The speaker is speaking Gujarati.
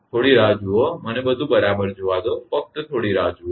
થોડી રાહ જુઓ મને બધુ બરાબર જોવા દો ફક્ત થોડી રાહ જુઓ